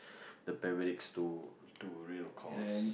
the paramedics to to real calls